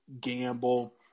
gamble